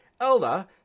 Elda